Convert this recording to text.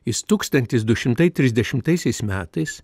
jis tūkstantis du šimtai trisdešimtaisiais metais